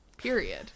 period